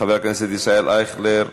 חבר הכנסת ישראל אייכלר,